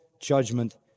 judgment